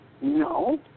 No